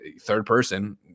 third-person